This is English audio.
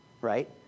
right